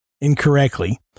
incorrectly